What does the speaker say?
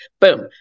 boom